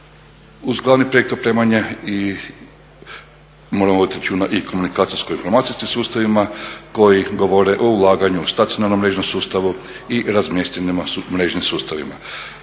Uz glavni projekt opremanje i moramo voditi računa i komunikacijsko informacijskim sustavima koji govore o ulaganju stacionarnom mrežnom sustavu i razmještenim mrežnim sustavima.